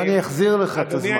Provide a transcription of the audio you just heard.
אני אחזיר לך את הזמן.